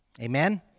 Amen